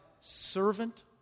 servant